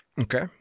Okay